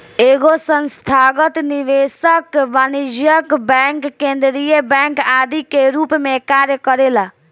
एगो संस्थागत निवेशक वाणिज्यिक बैंक केंद्रीय बैंक आदि के रूप में कार्य करेला